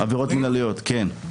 כן.